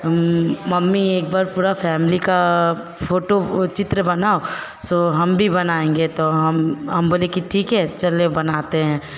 mummy एक बार पूरा फ़ैमिली का फोटो चित्र बनाओ सो हम भी बनाएंगे तो हम हम बोले कि ठीक है चले बनाते हैं